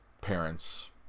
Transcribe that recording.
parents